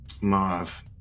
marv